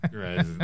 Right